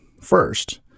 first